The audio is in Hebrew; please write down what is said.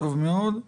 טוב מאוד.